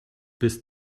bis